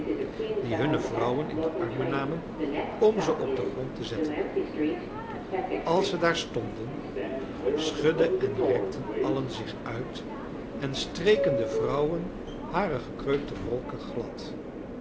die hunne vrouwen in de armen namen om ze op den grond te zetten als ze daar stonden schudden en rekten allen zich uit en streken de vrouwen hare gekreukte rokken glad